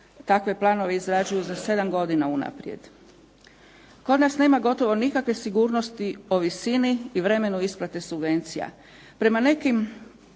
takve planove izrađuju za 7 godina unaprijed. Kod nas nema gotovo nikakve sigurnosti o visini i vremenu isplate subvencija.